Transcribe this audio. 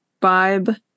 vibe